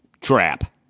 trap